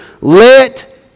let